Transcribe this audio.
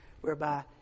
whereby